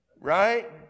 Right